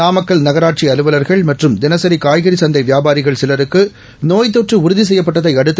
நாமக்கல் நகராட்சிஅலுவல்கள் மற்றும் தினசிகாய்கறிசந்தைவியாபாரிகள் சிலருக்குநோய் தொற்றுட்றுதிசெய்யப்பட்டதைஅடுத்து